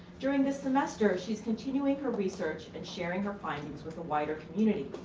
during this semester, she's continuing her research and sharing her findings with a wider community.